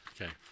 Okay